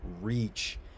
reach